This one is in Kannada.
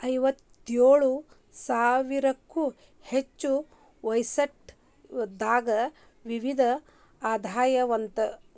ಐವತ್ತೇಳು ಸಾವಿರಕ್ಕೂ ಹೆಚಗಿ ಒಯಸ್ಟರ್ ದಾಗ ವಿಧಗಳು ಅದಾವಂತ